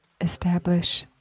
establish